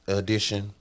edition